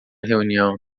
reunião